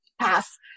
Pass